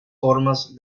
formas